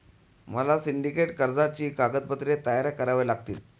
मला सिंडिकेट कर्जाची कागदपत्रे तयार करावी लागतील